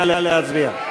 נא להצביע.